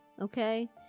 Okay